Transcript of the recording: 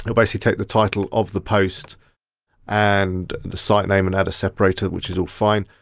it'll basically take the title of the post and the site name and add a separator, which is all fine.